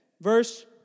Verse